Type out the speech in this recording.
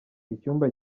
icyumba